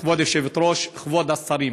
כבוד היושבת-ראש, כבוד השרים,